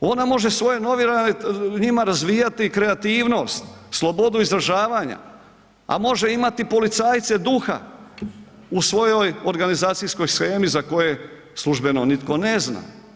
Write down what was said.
Ona može svoje novinare njima razvijati kreativnost, slobodu izražavanja, a može imati policajce duha u svojoj organizacijskoj shemi za koje službeno nitko ne zna.